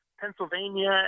Pennsylvania